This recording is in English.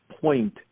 point